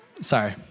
Sorry